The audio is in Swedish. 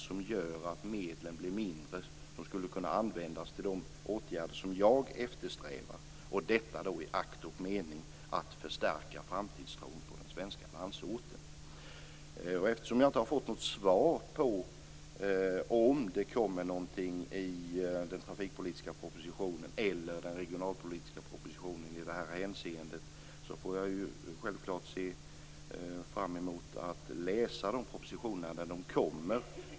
Det gör att de medel som skulle kunna användas till de åtgärder som jag eftersträvar i akt och mening att förstärka framtidstron på den svenska landsorten blir mindre. Eftersom jag inte har fått något svar på om det kommer någonting i den trafikpolitiska propositionen eller den regionalpolitiska propositionen i det här hänseendet, så får jag självklart se fram emot att läsa dessa propositioner när de kommer.